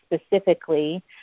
specifically